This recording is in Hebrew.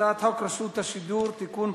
הצעת חוק רשות השידור (תיקון,